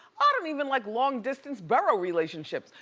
ah don't even like long-distance borough relationships.